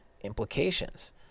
implications